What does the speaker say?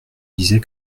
disais